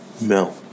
No